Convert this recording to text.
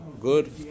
good